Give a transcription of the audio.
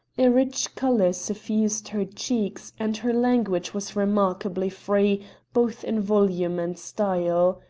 a rich colour suffused her cheeks, and her language was remarkably free both in volume and style.